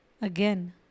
Again